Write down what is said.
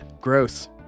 gross